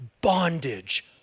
bondage